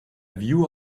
view